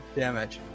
damage